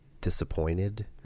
disappointed